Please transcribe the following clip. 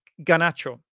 Ganacho